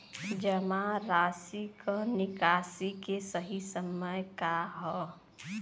जमा राशि क निकासी के सही समय का ह?